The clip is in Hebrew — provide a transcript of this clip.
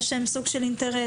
יש להם סוג של אינטרס.